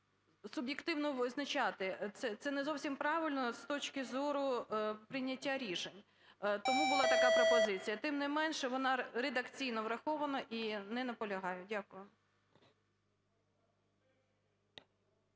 суб'єктивно визначати, це не зовсім правильно, з точки зору прийняття рішень, тому була така пропозиція. Тим не менше, вона редакційно врахована і не наполягаю. Дякую.